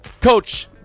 Coach